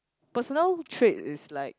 personal trait is like